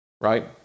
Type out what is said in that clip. right